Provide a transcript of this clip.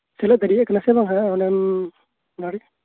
ᱛᱟᱦᱞᱮ ᱦᱮᱡ ᱫᱟᱲᱮᱭᱟᱜ ᱠᱟᱱᱟ ᱥᱮ ᱵᱟᱝ ᱚᱱᱟᱜᱮ ᱟᱢ